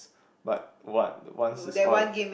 but what once is